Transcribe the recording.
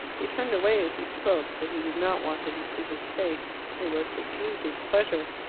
he turned away as he spoke, for he did not want her to see his face. it was suffused with pleasure.